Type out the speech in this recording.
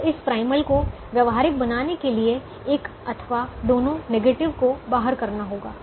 तो इस प्राइमल को व्यावहारिक बनाने के लिए एक अथवा दोनों नेगेटिव को बाहर करना होगा